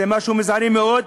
זה משהו זעיר מאוד,